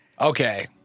Okay